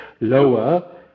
lower